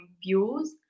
views